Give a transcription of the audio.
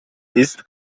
ist